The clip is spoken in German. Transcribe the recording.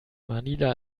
manila